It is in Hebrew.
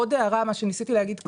עוד הערה, מה שניסיתי להגיד קודם.